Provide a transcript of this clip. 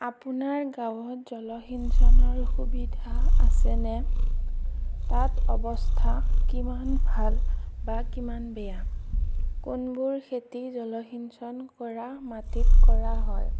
আপোনাৰ গাঁৱত জলসিঞ্চনৰ সুবিধা আছেনে তাত অৱস্থা কিমান ভাল বা কিমান বেয়া কোনবোৰ খেতি জলসিঞ্চন কৰা মাটিত কৰা হয়